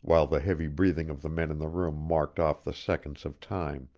while the heavy breathing of the men in the room marked off the seconds of time.